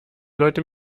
leute